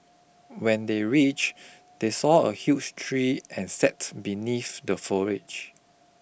when they reach they saw a huge tree and sat beneath the foliage